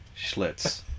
schlitz